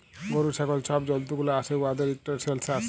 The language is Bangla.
গরু, ছাগল ছব জল্তুগুলা আসে উয়াদের ইকট সেলসাস